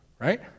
right